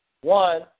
One